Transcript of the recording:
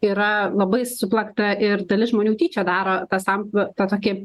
yra labai suplakta ir dalis žmonių tyčia daro tą samp tą tokį